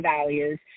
values